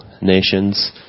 nations